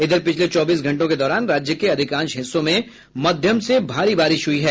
इधर पिछले चौबीस घंटों के दौरान राज्य के अधिकांश हिस्सों में मध्यम से भारी बारिश हुई है